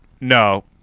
No